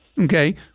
Okay